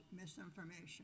misinformation